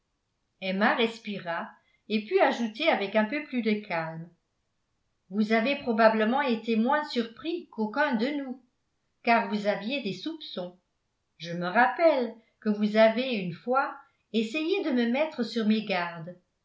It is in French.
emma respira et put ajouter avec un peu plus de calme vous avez probablement été moins surpris qu'aucun de nous car vous aviez des soupçons je me rappelle que vous avez une fois essayé de me mettre sur mes gardes